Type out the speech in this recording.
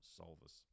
solvers